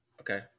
Okay